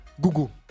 Google